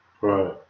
Right